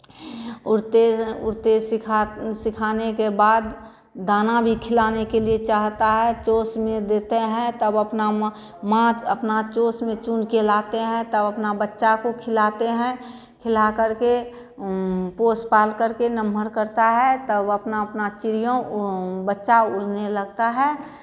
उड़ते उड़ते सीखा सिखाने के बाद दाना भी खिलाने के लिए चाहता है चोंच में देते हैं तब अपना म माँ अपना चोंच में चुन के लाते हैं तब अपना बच्चा को खिलाते हैं खिला करके पोस पाल करके नमहर करता है तब अपना अपना चिड़ियों बच्चा उड़ने लगता है